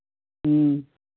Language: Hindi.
ह्म्म